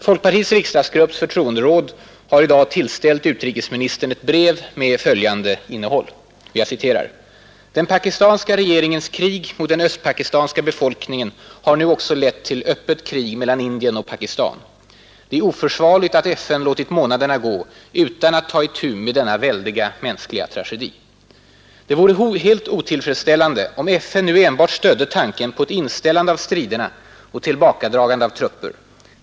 —— Folkpartiets riksdagsgrupps förtroenderåd har i dag tillställt utrikes Konjunkturstimulerande åtgärder, ministern ett brev med följande innehåll: ”Den pakistanska regeringens krig mot den östpakistanska befolkm.m. ningen har nu också lett till öppet krig mellan Indien och Pakistan. Det är oförsvarligt att FN låtit månaderna gå utan att ta itu med denna väldiga mänskliga tragedi. Det vore helt otillfredsställande, om FN nu enbart stödde tanken på ett inställande av striderna och tillbakadragande av trupper.